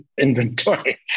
inventory